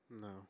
No